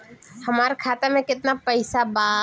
हमार खाता में केतना पैसा बा?